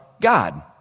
God